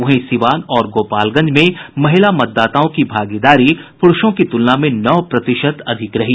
वहीं सीवान और गोपालगंज में महिला मतदाताओं की भागीदारी पुरूषों की तुलना में नौ प्रतिशत अधिक रही